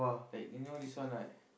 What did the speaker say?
that you know his one right